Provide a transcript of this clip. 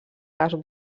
gas